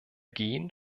gehen